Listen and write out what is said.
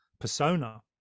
persona